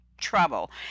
trouble